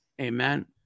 Amen